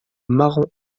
marron